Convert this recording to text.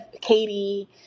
Katie